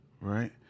right